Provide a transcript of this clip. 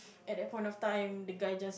at that point of time the guy just